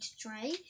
tray